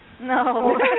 No